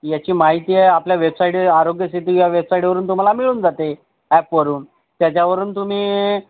याची माहिती आपल्या वेबसाईट आरोग्यसेतू या वेबसाईटवरून तुम्हाला मिळून जाते ॲपवरून त्याच्यावरून तुम्ही